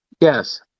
Yes